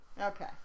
Okay